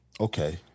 Okay